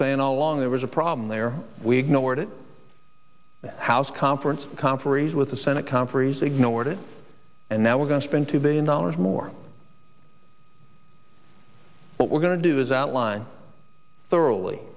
saying all along there was a problem there we ignored it house conference conferees with the senate conferees ignored it and now we're going to spend two billion dollars more but we're going to do is outline thoroughly